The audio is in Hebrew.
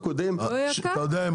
אתה יודע,